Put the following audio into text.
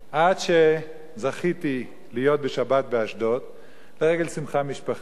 עד שזכיתי להיות בשבת באשדוד לרגל שמחה משפחתית,